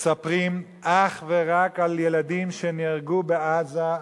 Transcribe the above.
מספרים אך ורק על ילדים שנהרגו בעזה,